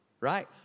Right